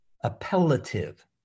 appellative